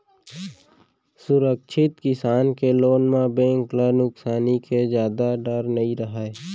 सुरक्छित किसम के लोन म बेंक ल नुकसानी के जादा डर नइ रहय